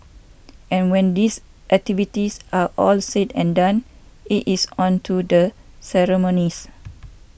and when these activities are all said and done it is on to the ceremonies